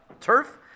turf